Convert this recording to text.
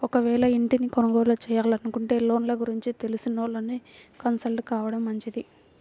ఒకవేళ ఇంటిని కొనుగోలు చేయాలనుకుంటే లోన్ల గురించి తెలిసినోళ్ళని కన్సల్ట్ కావడం మంచిది